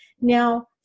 Now